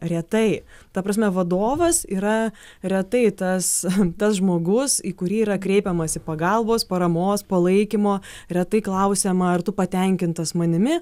retai ta prasme vadovas yra retai tas tas žmogus į kurį yra kreipiamasi pagalbos paramos palaikymo retai klausiama ar tu patenkintas manimi